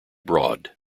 broad